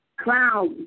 cloud